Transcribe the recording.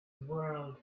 world